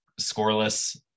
scoreless